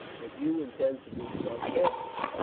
that you intend to be sarcastic.